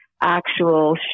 actual